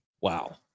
Wow